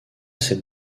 ses